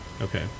okay